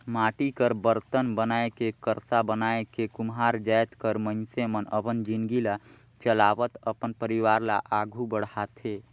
माटी कर बरतन बनाए के करसा बनाए के कुम्हार जाएत कर मइनसे मन अपन जिनगी ल चलावत अपन परिवार ल आघु बढ़ाथे